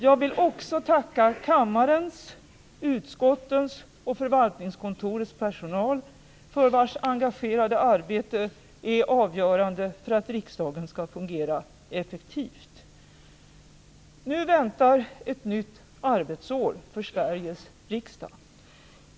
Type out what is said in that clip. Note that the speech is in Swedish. Jag vill också tacka kammarens, utskottens och förvaltningskontorets personal, vars engagerade arbete är avgörande för att riksdagen skall fungera effektivt. Nu väntar ett nytt arbetsår för Sveriges riksdag.